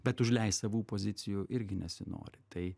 bet užleist savų pozicijų irgi nesinori tai